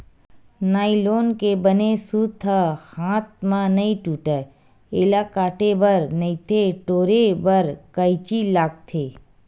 nylon के बने सूत ह हाथ म नइ टूटय, एला काटे बर नइते टोरे बर कइची लागथे